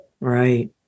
right